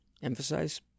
emphasize